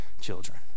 children